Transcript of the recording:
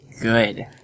good